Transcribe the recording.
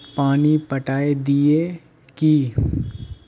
पानी पटाय दिये की?